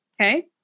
Okay